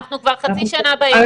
אנחנו כבר חצי שנה באירוע.